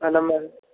ఎలా మరి